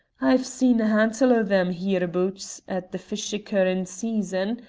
i've seen a hantle o' them hereaboots at the fish-curin' season,